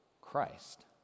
Christ